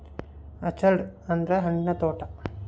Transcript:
orchard ಅಂದ್ರ ಹಣ್ಣಿನ ತೋಟ